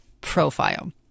profile